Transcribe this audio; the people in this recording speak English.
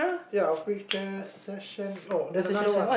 ya our picture session no there's another one